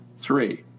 Three